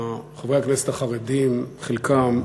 חברי הכנסת החרדים, חלקם,